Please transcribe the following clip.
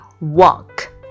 Walk